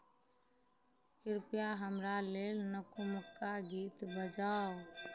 कृपया हमरा लेल नव नवका गीत बजाउ